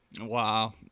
Wow